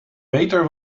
beter